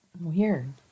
Weird